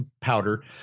Powder